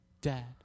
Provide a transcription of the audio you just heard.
Dad